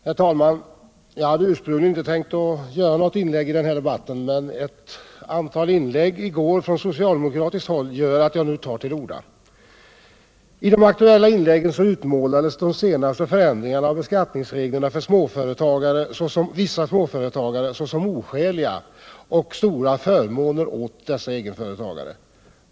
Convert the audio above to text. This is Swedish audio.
Herr talman! Jag hade ursprungligen inte tänkt att göra något inlägg i denna debatt, men ett antal inlägg i går från socialdemokratiskt håll gör att jag nu tar till orda. I de aktuella inläggen utmålades de senaste förändringarna av beskattningsreglerna för vissa småföretagare såsom oskäliga och stora förmåner åt dessa egenföretagare.